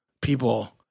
people